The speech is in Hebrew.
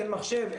אין מחשב,